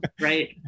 Right